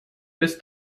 bis